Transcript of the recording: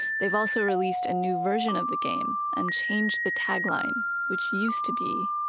they've also released a new version of the game and changed the tagline which used to be,